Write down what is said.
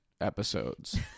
episodes